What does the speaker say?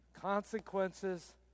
Consequences